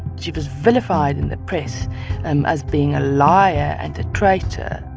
she was vilified in the press um as being a liar and a traitor,